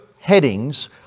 headings